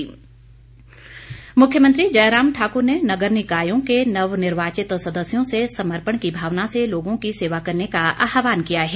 प्रतिनिधिमंडल मुख्यमंत्री जयराम ठाकुर ने नगर निकायो के नवनिर्वाचित सदस्यों से समर्पण की भावना से लोगों की सेवा करने का आहवान किया है